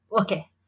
Okay